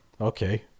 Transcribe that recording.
okay